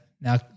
now